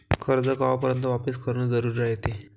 कर्ज कवापर्यंत वापिस करन जरुरी रायते?